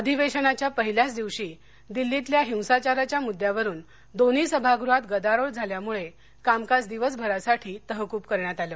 अधिवेशनाच्या पहिल्याच दिवशी दिल्लीतल्या हिसाचाराच्या मुद्द्यावरुन दोन्ही सभागृहात गदारोळ झाल्यामुळं कामकाज दिवसभरासाठी तहकूब करण्यात आलं